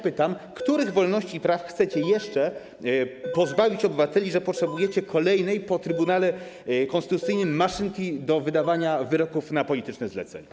Pytam: Których wolności i praw chcecie jeszcze pozbawić obywateli, że potrzebujecie kolejnej po Trybunale Konstytucyjnym maszynki do wydawania wyroków na polityczne zlecenie?